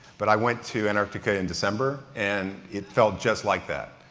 but i went to antarctica in december and it felt just like that.